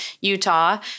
Utah